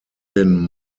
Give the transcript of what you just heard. den